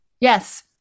Yes